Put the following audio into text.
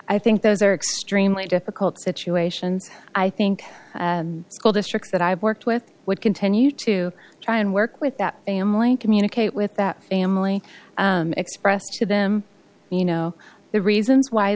i think those are extremely difficult situations i think school districts that i've worked with would continue to try and work with that family communicate with that family express to them you know the reasons why